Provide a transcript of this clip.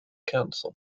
council